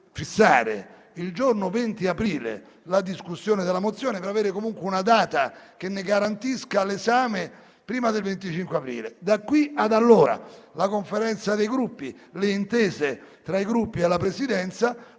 fissare al giorno 20 aprile la discussione della mozione, per avere comunque una data che ne garantisca l'esame prima del 25 aprile. Da oggi fino ad allora, la Conferenza dei Capigruppo e le eventuali intese tra i Gruppi e la Presidenza